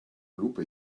lupe